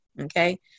Okay